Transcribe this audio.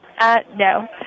No